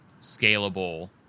scalable